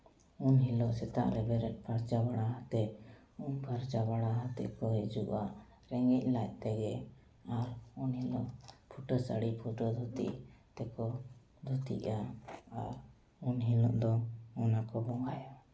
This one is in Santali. ᱩᱱ ᱦᱤᱞᱳᱜ ᱥᱮᱛᱟᱜ ᱨᱮ ᱵᱮᱨᱮᱫ ᱯᱷᱟᱨᱪᱟ ᱵᱟᱲᱟ ᱠᱟᱛᱮᱫ ᱩᱢ ᱯᱷᱟᱨᱪᱟ ᱵᱟᱲᱟ ᱠᱟᱛᱮᱫ ᱠᱚ ᱦᱤᱡᱩᱜᱼᱟ ᱨᱮᱸᱜᱮᱡ ᱞᱟᱡ ᱛᱮᱜᱮ ᱟᱨ ᱚᱸᱰᱮᱱᱟᱜ ᱯᱷᱩᱴᱟᱹ ᱥᱟᱹᱲᱤ ᱯᱷᱩᱴᱟᱹ ᱫᱷᱩᱛᱤ ᱛᱮᱠᱚ ᱫᱷᱩᱛᱤᱜᱼᱟ ᱟᱨ ᱩᱱ ᱦᱤᱞᱳᱜ ᱫᱚ ᱚᱱᱟ ᱠᱚ ᱵᱚᱸᱜᱟᱭᱟ